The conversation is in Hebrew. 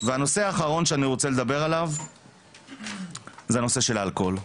והנושא האחרון שאני רוצה לדבר עליו זה הנושא של האלכוהול,